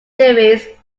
theories